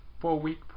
four-week